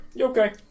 Okay